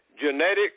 genetic